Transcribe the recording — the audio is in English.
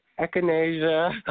echinacea